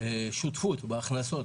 שותפות בהכנסות.